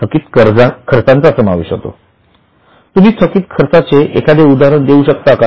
तुम्ही थकित खर्चाचे एखादे उदाहरण देऊ शकता का